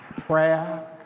Prayer